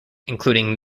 including